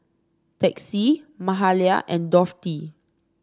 Texie Mahalia and Dorthey